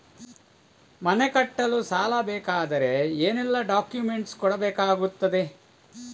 ಮನೆ ಕಟ್ಟಲು ಸಾಲ ಸಿಗಬೇಕಾದರೆ ಏನೆಲ್ಲಾ ಡಾಕ್ಯುಮೆಂಟ್ಸ್ ಕೊಡಬೇಕಾಗುತ್ತದೆ?